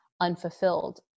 unfulfilled